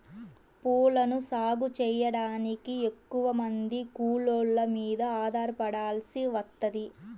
పూలను సాగు చెయ్యడానికి ఎక్కువమంది కూలోళ్ళ మీద ఆధారపడాల్సి వత్తది